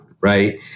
right